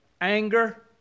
anger